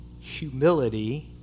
humility